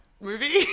movie